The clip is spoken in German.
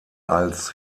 als